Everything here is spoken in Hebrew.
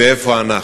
ואיפה אנחנו.